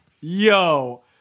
Yo